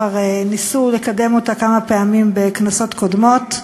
כבר ניסו לקדם אותה כמה פעמים בכנסות קודמות,